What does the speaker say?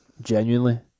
Genuinely